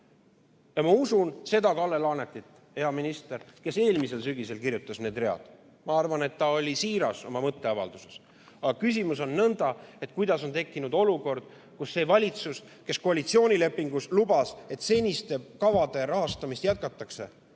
Ma usun seda Kalle Laanetit, hea minister, kes eelmisel sügisel kirjutas need read. Ma arvan, et ta oli oma mõtteavalduses siiras. Aga küsimus on, kuidas on tekkinud olukord, kus see valitsus, kes koalitsioonilepingus lubas, et seniste kavade rahastamist jätkatakse,